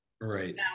Right